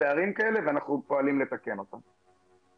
פערים כאלה ואנחנו פועלים לתקן אותם.